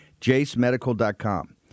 jacemedical.com